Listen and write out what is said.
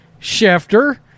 Schefter